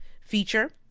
feature